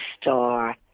star